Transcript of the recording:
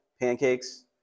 pancakes